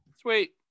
Sweet